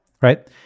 right